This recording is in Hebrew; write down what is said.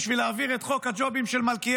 בשביל להעביר את חוק הג'ובים של מלכיאלי?